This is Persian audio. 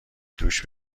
دوش